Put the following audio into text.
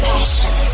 Passion